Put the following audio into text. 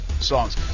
songs